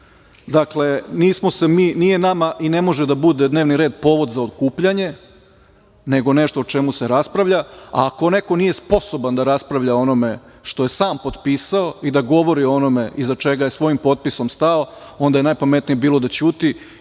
šta. Dakle, nije nama i ne može da bude dnevni red povod za okupljanje, nego nešto o čemu se raspravlja, a ako neko nije sposoban da raspravlja o onome što je sam potpisao i da govori o onome iza čega je svojim potpisom stao, onda je najpametnije bilo da ćuti